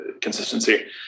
consistency